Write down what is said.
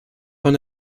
von